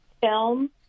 film